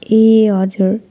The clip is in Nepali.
ए हजुर